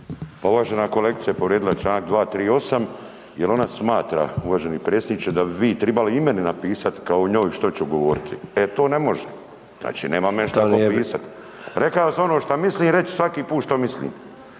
Pa uvažana kolegica povrijedila je Članak 238. jer ona smatra uvaženi predsjedniče da bi vi tribali i meni napisati kao njoj što ću govoriti, e to ne može. Znači nema men šta ko pisat …/Upadica: Ne razumije se./… Rekao sam ono što mislim i reći ću svaki put što mislim.